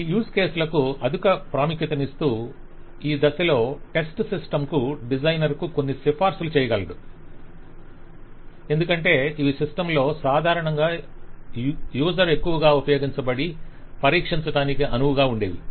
ఈ use case లకు అధిక ప్రాముఖ్యతనిస్తూ ఈ దశలో టెస్ట్ సిస్టమ్ కు డిజైనర్ కొన్ని సిఫారసులను చేయగలడు ఎందుకంటే ఇవి సిస్టమ్ లో సాధారణంగా యూసర్ ఎక్కువగా ఉపయోగించబడి పరీక్షించటానికి అనువుగా ఉండేవి